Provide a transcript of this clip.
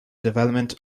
development